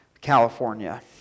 California